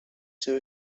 seu